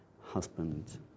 husband